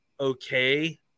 okay